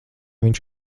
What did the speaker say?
viņš